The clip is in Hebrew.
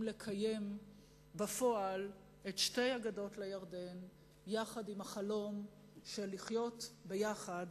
לקיים בפועל את שתי הגדות לירדן עם החלום של לחיות יחד,